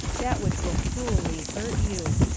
that which will cruelly hurt you.